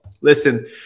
listen